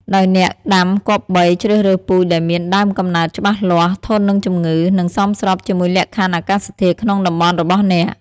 ដោយអ្នកដាំគប្បីជ្រើសរើសពូជដែលមានដើមកំណើតច្បាស់លាស់ ធន់នឹងជំងឺ និងសមស្របជាមួយលក្ខខណ្ឌអាកាសធាតុក្នុងតំបន់របស់អ្នក។